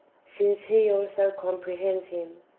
since he also compre hends him.